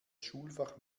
schulfach